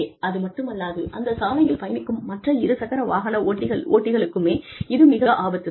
அது மட்டுமல்லாது அந்த சாலையில் பயணிக்கும் மற்ற இரு சக்கர வாகன ஓட்டிகளுக்குமே இது மிக மிக ஆபத்து தான்